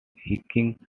hiking